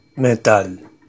Metal